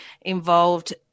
involved